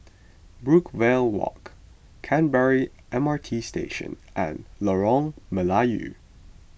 Brookvale Walk Canberra M R T Station and Lorong Melayu